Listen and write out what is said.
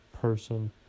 person